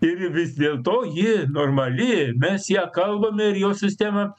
ir vis dėlto ji normali mes ja kalbame ir jos sistemą